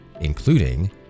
including